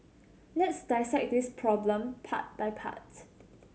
let's dissect this problem part by part